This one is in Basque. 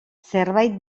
zerbait